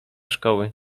szkoły